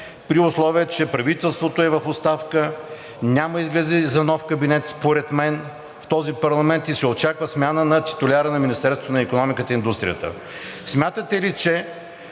при условие че правителството е в оставка, няма изгледи за нов кабинет според мен в този парламент и се очаква смяна на титуляра на Министерството на икономиката и индустрията? Смятате ли, че